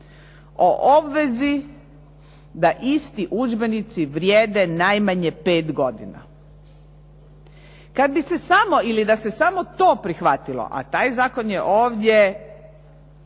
o obvezi da isti udžbenici vrijeme najmanje 5 godina. Kada bi se samo ili da se samo to prihvatilo a taj je zakon ovdje